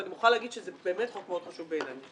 ואני מוכרחה להגיד שזה באמת חוק מאוד חשוב בעיניי.